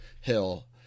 hill